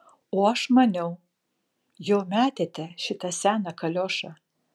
o aš maniau jau metėte šitą seną kaliošą